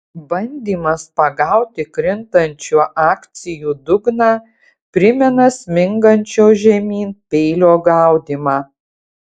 bandymas pagauti krintančių akcijų dugną primena smingančio žemyn peilio gaudymą